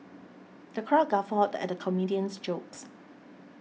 the crowd guffawed at the comedian's jokes